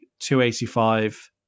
285